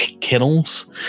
kennels